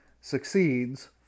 succeeds